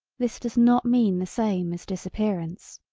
this does not mean the same as disappearance.